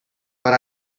but